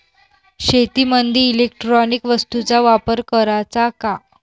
शेतीमंदी इलेक्ट्रॉनिक वस्तूचा वापर कराचा का?